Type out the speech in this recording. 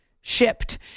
shipped